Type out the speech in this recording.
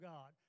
God